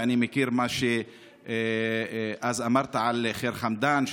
ואני מכיר מה שאמרת אז על ח'יר חמדאן,